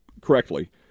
correctly